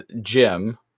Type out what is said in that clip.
Jim